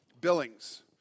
Billings